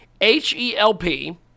H-E-L-P